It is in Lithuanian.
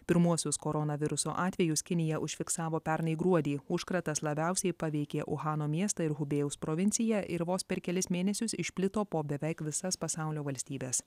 pirmuosius koronaviruso atvejus kinija užfiksavo pernai gruodį užkratas labiausiai paveikė uhano miestą ir hubėjaus provinciją ir vos per kelis mėnesius išplito po beveik visas pasaulio valstybes